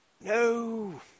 No